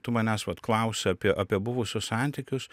tu manęs vat klausi apie apie buvusius santykius